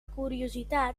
curiositat